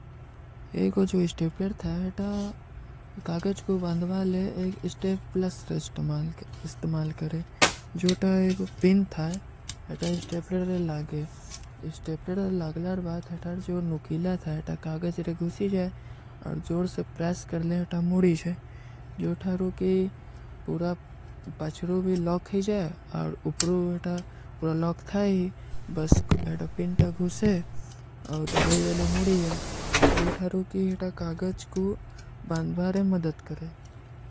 ଏକ ଜୋ ଇସ୍ଟେପ୍ରେଡ ଥା, ଇତା କାଗଜ କୋ ବାଂଦଵାଲେ ଏକ ଇସ୍ଟେପ୍ପ୍ଲସର ଇସ୍ଟମାଲ କରେଂ। ଜୋ ତା ଏକ ପିନ ଥା, ଇତା ଇସ୍ଟେପ୍ରେଡ ଲେ ଲାଗେ। ଇସ୍ଟେପ୍ରେଡ ଲାଗଲାର ବାତ, ଇତା ଜୋ ନୁଖୀଲା ଥା, ଇତା କାଗଜ ରେ ଗୁଶୀ ଜାଏ, ଔର ଜୋର ସେ ପ୍ରେସ କର ଲେ, ଇତା ମୁଡୀ ଜାଏ।